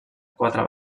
quatre